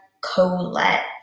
Colette